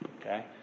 okay